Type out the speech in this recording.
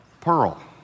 pearl